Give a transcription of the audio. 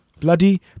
bloody